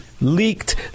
leaked